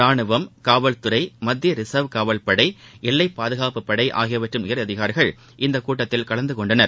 ரானுவம் காவல்துறை மத்தியரிசர்வ் காவல்படை எல்லைபாதுகாப்புப்படைஆகியவற்றின் உயர் அதிகாரிகள் இக்கூட்டத்தில் கலந்துகொண்டனர்